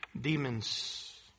demons